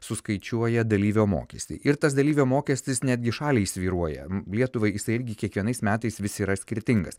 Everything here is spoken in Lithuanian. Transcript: suskaičiuoja dalyvio mokestį ir tas dalyvio mokestis netgi šaliai svyruoja lietuvai jisai irgi kiekvienais metais vis yra skirtingas